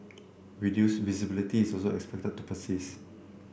reduced visibility is also expected to persist